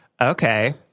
okay